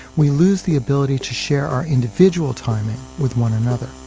we lose the ability to share our individual timing with one another